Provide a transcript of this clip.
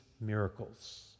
miracles